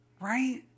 Right